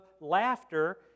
laughter